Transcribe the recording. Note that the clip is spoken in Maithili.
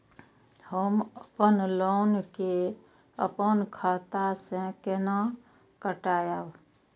हम अपन लोन के अपन खाता से केना कटायब?